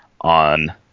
on